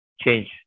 change